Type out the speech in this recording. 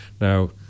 Now